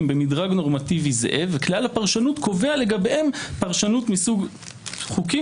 במדרג נורמטיבי זהה וכלל הפרשנות קובע לגביהם פרשנות מסוג חוקים